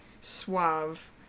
suave